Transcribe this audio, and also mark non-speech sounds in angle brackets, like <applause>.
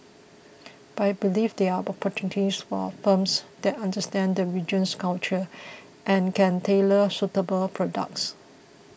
<noise> but he believes there are opportunities for firms that understand the region's culture and can tailor suitable products